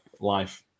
life